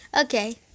okay